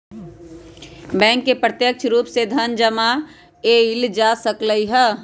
bank से प्रत्यक्ष रूप से धन जमा एइल जा सकलई ह